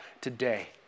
today